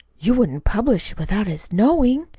you wouldn't publish it without his knowing?